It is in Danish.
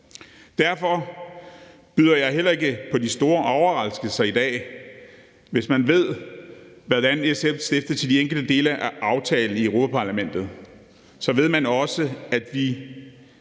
Derfor kan jeg heller ikke byde på de store overraskelser i dag. Hvis man ved, hvordan SF stiller sig til de enkelte dele af aftalen i Europa-Parlamentet, ved man også, at vi,